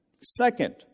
Second